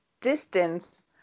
distance